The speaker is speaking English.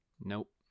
Nope